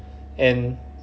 and